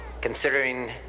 considering